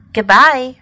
Goodbye